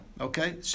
okay